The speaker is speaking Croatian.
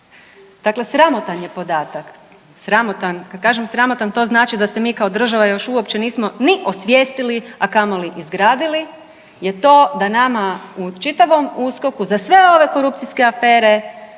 Dakle, sramotan je podatak, sramotan. Kad kažem sramotan to znači da se mi kao država još uopće nismo ni osvijestili, a kamoli izgradili je to da nama u čitavom USKOK-u za sve ove korupcijske afere